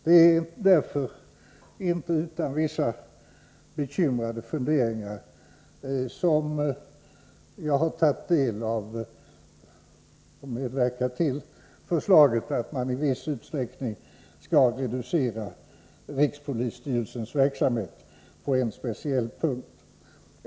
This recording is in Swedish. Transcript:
Det är därför inte utan vissa bekymrade funderingar som jag har tagit del av och medverkat till förslaget att man i viss utsträckning skall reducera rikspolisstyfelsensverksamhet på en speciell punkt.